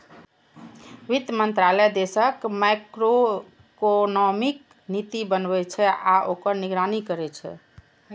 वित्त मंत्रालय देशक मैक्रोइकोनॉमिक नीति बनबै छै आ ओकर निगरानी करै छै